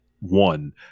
One